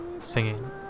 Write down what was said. singing